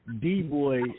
D-Boy